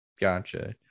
Gotcha